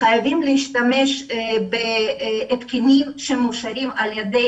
חייבות להשתמש בהתקנים שמאושרים על ידי